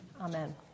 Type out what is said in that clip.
Amen